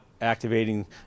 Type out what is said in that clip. activating